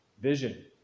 vision